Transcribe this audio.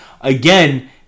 Again